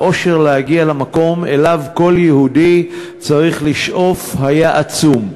האושר להגיע למקום שאליו כל יהודי צריך לשאוף היה עצום.